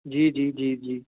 ਜੀ ਜੀ ਜੀ ਜੀ